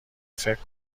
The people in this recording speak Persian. فکر